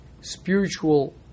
spiritual